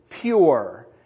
pure